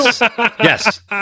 Yes